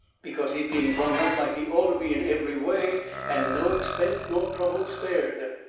because he is being brung up like he orter be in every way and no expense nor trouble spared.